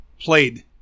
played